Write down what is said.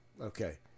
okay